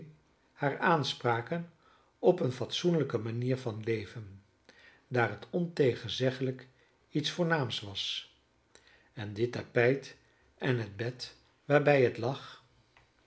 hare aanspraken op eene fatsoenlijke manier van leven daar het ontegenzeggelijk iets voornaams was en dit tapijt en het bed waarbij het lag